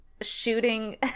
Shooting